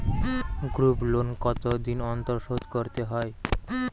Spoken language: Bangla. গ্রুপলোন কতদিন অন্তর শোধকরতে হয়?